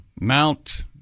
Mount